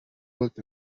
booked